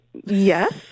Yes